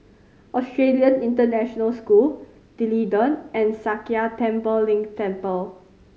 Australian International School D'Leedon and Sakya Tenphel Ling Temple